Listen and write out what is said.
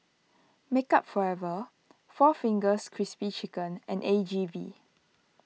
Makeup Forever four Fingers Crispy Chicken and A G V